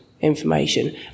information